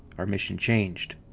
our mission changed.